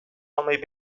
almayı